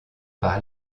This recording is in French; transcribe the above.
par